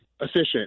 efficient